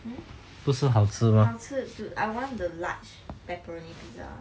hmm 好吃 dude I want the large pepperoni pizza